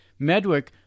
Medwick